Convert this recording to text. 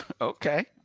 Okay